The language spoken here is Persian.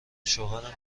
شوهرم